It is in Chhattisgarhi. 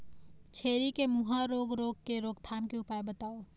छेरी के मुहा रोग रोग के रोकथाम के उपाय बताव?